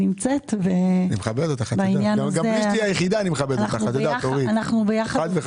בעניין הזה אנחנו ביחד,